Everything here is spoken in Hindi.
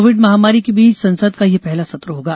कोविड महामारी के बीच संसद का यह पहला सत्र होगा